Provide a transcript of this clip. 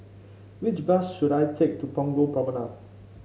which bus should I take to Punggol Promenade